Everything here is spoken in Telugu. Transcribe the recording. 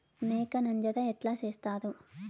మేక నంజర ఎట్లా సేస్తారు?